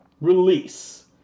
release